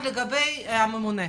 לגבי הממונה,